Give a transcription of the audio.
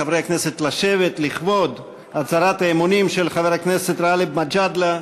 מחברי הכנסת לשבת לכבוד הצהרת האמונים של חבר הכנסת גאלב מג'אדלה,